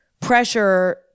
pressure